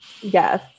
yes